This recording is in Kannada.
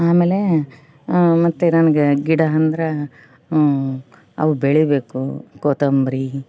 ಆಮೇಲೆ ಮತ್ತೆ ನನ್ಗೆ ಗಿಡ ಅಂದ್ರೆ ಅವು ಬೆಳೀಬೇಕು ಕೊತ್ತಂಬ್ರಿ